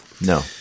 no